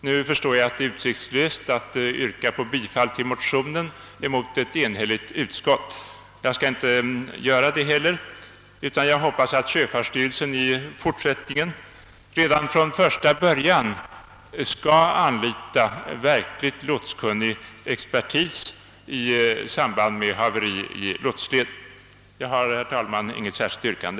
Jag förstår nu att det mot ett enhälligt utskott är utsiktslöst att yrka bifall till motionen och skall därför inte göra det, men jag hoppas att sjöfartsstyrelsen i fortsättningen redan från första början skall anlita verkligt lotskunnig expertis i samband med haveri i lotsled. Jag har, herr talman, inget särskilt yrkande.